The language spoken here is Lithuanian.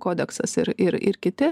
kodeksas ir ir ir kiti